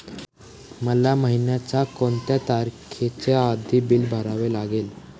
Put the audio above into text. मला महिन्याचा कोणत्या तारखेच्या आधी बिल भरावे लागेल?